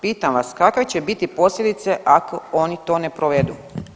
Pitam vas, kakve će biti posljedice ako oni to ne provedu?